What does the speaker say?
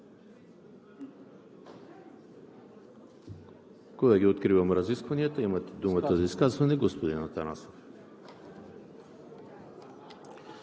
Колеги, откривам разискванията. Имате думата за изказване, господин Атанасов.